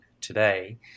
today